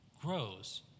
grows